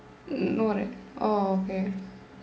no right orh okay